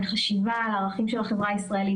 חשיבה על ערכים של החברה הישראלית,